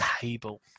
table